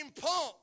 pump